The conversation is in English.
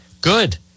Good